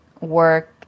work